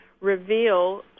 reveal